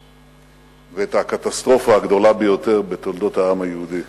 ואת הקטסטרופה הגדולה ביותר בתולדות העם היהודי.